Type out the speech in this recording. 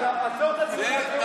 עצור את הדיון.